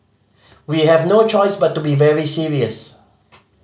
we have no choice but to be very serious